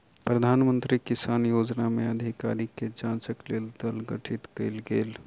प्रधान मंत्री किसान योजना में अधिकारी के जांचक लेल दल गठित कयल गेल